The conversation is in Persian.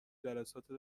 جلسات